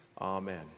Amen